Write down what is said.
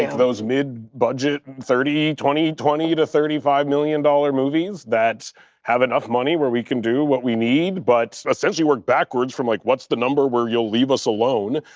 those mid budget twenty twenty to thirty five million dollar movies that have enough money where we can do what we need, but essentially work backwards from, like, what's the number where you'll leave us alone?